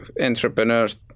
entrepreneurs